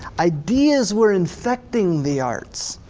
ideas were infecting the arts.